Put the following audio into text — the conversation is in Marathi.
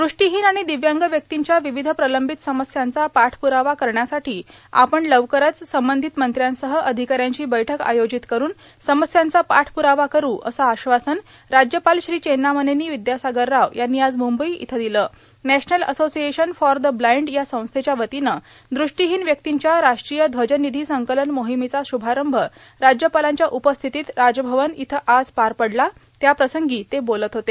दृष्टिहीन आीण दिव्यांग व्यक्तींच्या र्वावध प्रर्लांबत समस्यांचा पाठप्रावा करण्यासाठी आपण लवकरच संबंधित मंत्र्यांसह र्आधकाऱ्यांची बैठक आयोजित करून समस्यांचा पाठप्रावा करू असं आश्वासन राज्यपाल श्री चेन्नामनेनी र्वदयासागर राव यांनी आज मुंबई इथं दिलं नॅशनल अर्सोर्सिएशन फॉर द ब्लाइन्ड या संस्थेच्या वतीनं दृष्टिहांन व्यक्तींच्या राष्ट्रीय ध्वज ानधी संकलन मोहमेचा श्रभारंभ राज्यपालांच्या उपस्थितीत राजभवन इथं आज पार पडला त्याप्रसंगी ते बोलत होते